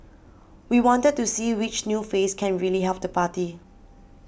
we wanted to see which new face can really help the party